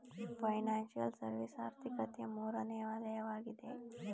financial service ಆರ್ಥಿಕತೆಯ ಮೂರನೇ ವಲಯವಗಿದೆ